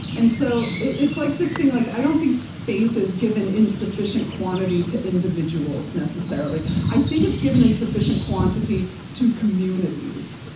and so it's like this thing like i don't think faith is given in sufficient quantity to individuals necessarily. i think it's given in sufficient quantity to communities.